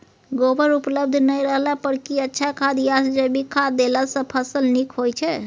गोबर उपलब्ध नय रहला पर की अच्छा खाद याषजैविक खाद देला सॅ फस ल नीक होय छै?